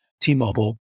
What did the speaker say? T-Mobile